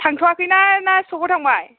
थांथ'वाखै ना ना सकआव थांबाय